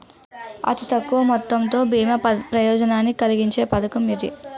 అతి తక్కువ మొత్తంతో బీమా ప్రయోజనాన్ని కలిగించే పథకం ఇది